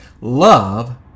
love